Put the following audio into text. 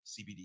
CBD